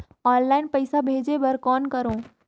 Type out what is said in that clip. Online पईसा भेजे बर कौन करव?